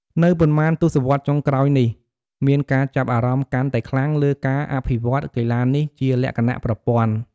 នៅប៉ុន្មានទសវត្សរ៍ចុងក្រោយនេះ មានការចាប់អារម្មណ៍កាន់តែខ្លាំងលើការអភិវឌ្ឍកីឡានេះជាលក្ខណៈប្រព័ន្ធ។